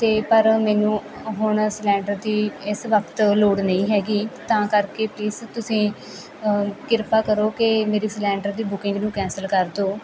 ਅਤੇ ਪਰ ਮੈਨੂੰ ਹੁਣ ਸਲੈਂਡਰ ਦੀ ਇਸ ਵਕਤ ਲੋੜ ਨਹੀਂ ਹੈਗੀ ਤਾਂ ਕਰਕੇ ਪਲੀਸ ਤੁਸੀਂ ਕਿਰਪਾ ਕਰੋ ਕਿ ਮੇਰੀ ਸਲੈਂਡਰ ਦੀ ਬੁਕਿੰਗ ਨੂੰ ਕੈਂਸਲ ਕਰ ਦਿਓ